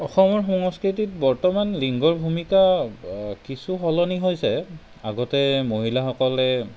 অসমৰ সংস্কৃতিত বৰ্তমান লিংগৰ ভূমিকা কিছু সলনি হৈছে আগতে মহিলাসকলে